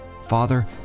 Father